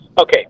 Okay